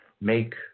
make